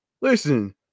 Listen